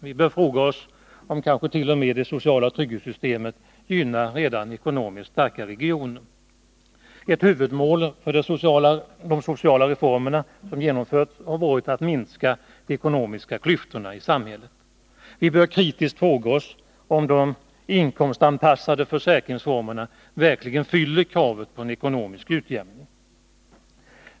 Vi bör fråga oss om kanske t.o.m. det sociala trygghetssystemet gynnar redan ekonomiskt starka regioner. Ett huvudmål för de sociala reformer som genomförts har varit att minska de ekonomiska klyftorna i samhället. Vi bör kritiskt fråga oss om de inkomstanpassade försäkringsformerna verkligen fyller kravet på en ekonomisk utjämning.